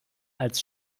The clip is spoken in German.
als